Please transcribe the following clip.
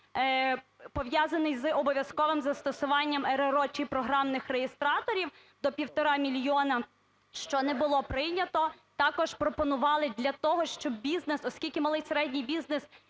пов'язаний із обов'язковим застосуванням РРО чи програмних реєстраторів до 1,5 мільйона, що не було прийнято. Також пропонували для того, щоб бізнес… оскільки малий і середній бізнес